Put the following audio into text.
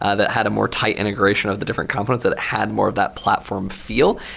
ah that had a more tight integration of the different components that had more of that platform feel?